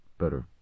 better